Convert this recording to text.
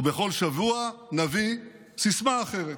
ובכל שבוע נביא סיסמה אחרת.